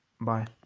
Bye